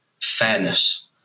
fairness